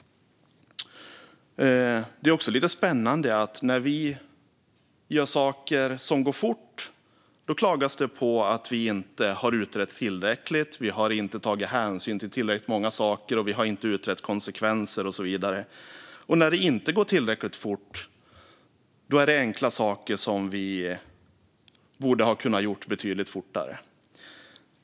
Det är lite spännande att när vi gör saker som går fort klagas det på att vi inte har utrett tillräckligt, att vi inte har tagit hänsyn till tillräckligt många saker, att vi inte har utrett konsekvenser och så vidare. Och när det inte går tillräckligt fort menar man att det är enkla saker som vi borde ha kunnat göra betydligt fortare.